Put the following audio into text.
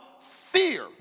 Fear